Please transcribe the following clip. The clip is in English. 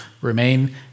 Remain